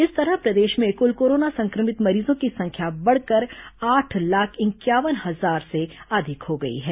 इस तरह प्रदेश में कुल कोरोना संक्रमित मरीजों की संख्या बढ़कर आठ लाख इंक्यावन हजार से अधिक हो गई है